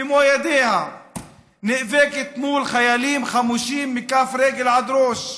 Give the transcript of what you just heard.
במו ידיה נאבקת מול חיילים חמושים מכף רגל עד ראש.